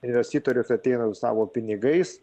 investitorius ateina su savo pinigais